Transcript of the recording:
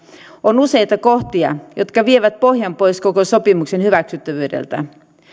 on useita kohtia jotka vievät pohjan pois koko sopimuksen hyväksyttävyydeltä